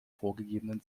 vorgegebenen